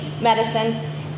medicine